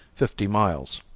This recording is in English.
fifty miles.